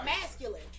masculine